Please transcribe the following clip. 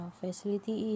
facility